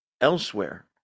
elsewhere